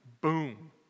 Boom